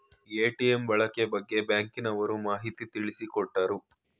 ATM ಬಳಕೆ ಬಗ್ಗೆ ಬ್ಯಾಂಕಿನವರು ಮಾಹಿತಿ ತಿಳಿಸಿಕೊಟ್ಟರು